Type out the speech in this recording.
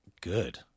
good